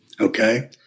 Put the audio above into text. Okay